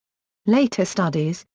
later studies,